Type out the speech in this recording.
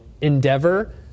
endeavor